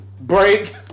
break